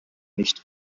nicht